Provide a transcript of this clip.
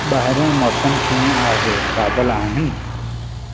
ॿाहिरियों मौसमु कीअं आहे बादल आहिनि